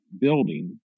building